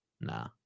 Nah